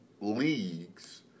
leagues